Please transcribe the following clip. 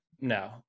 No